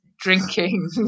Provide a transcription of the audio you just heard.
drinking